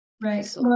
right